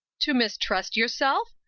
to mistrust yourself?